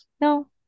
No